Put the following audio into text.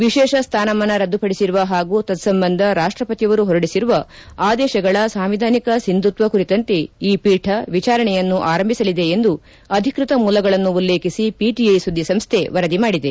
ವಿಶೇಷ ಸ್ಥಾನಮಾನ ರದ್ದುಪಡಿಸಿರುವ ಹಾಗೂ ತತ್ಸಬಂಧ ರಾಷ್ಷಪತಿಯವರು ಹೊರಡಿಸಿರುವ ಆದೇಶಗಳ ಸಾಂವಿಧಾನಿಕ ಸಿಂಧುತ್ವ ಕುರಿತಂತೆ ಈ ಪೀಠ ವಿಚಾರಣೆಯನ್ನು ಆರಂಭಿಸಲಿದೆ ಎಂದು ಅಧಿಕೃಕ ಮೂಲಗಳನ್ನು ಉಲ್ಲೇಖಿಸಿ ಪಿಟಿಐ ಸುದ್ದಿ ಸಂಸ್ಥೆ ವರದಿ ಮಾಡಿದೆ